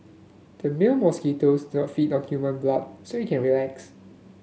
the male mosquitoes don't feed on human blood so you can relax